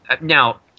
now